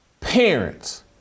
parents